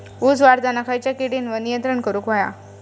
ऊस वाढताना खयच्या किडींवर नियंत्रण करुक व्हया?